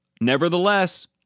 nevertheless